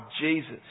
Jesus